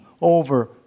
over